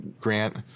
Grant